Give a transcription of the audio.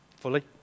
fully